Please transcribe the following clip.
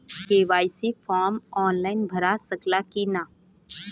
KYC form online भरा सकला की ना?